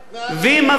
הם מבטיחים,